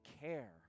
care